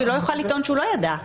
הוא לא יוכל לטעון שהוא לא ידע.